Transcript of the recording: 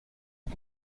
aux